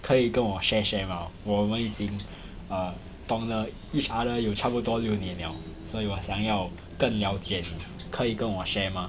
可以跟我 share share 吗我们已经懂了 err each other 有差不多六年了所以我想要更了解可以跟我 share 吗